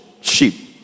sheep